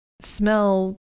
smell